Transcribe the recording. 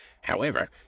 However